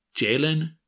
Jalen